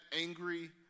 angry